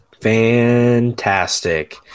Fantastic